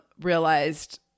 realized